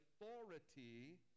authority